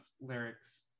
lyrics